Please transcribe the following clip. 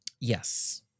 Yes